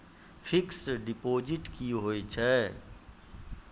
Fixed deposit की होय छै?